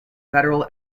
federal